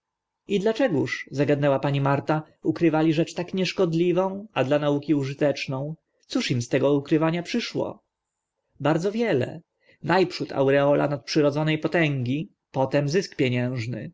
i dlaczegóż zagadnęła pani marta ukrywali rzecz tak nieszkodliwą a dla nauka ta emnica interes nauki użyteczną cóż im z tego ukrywania przyszło bardzo wiele na przód aureola nadprzyrodzone potęgi potem zysk pieniężny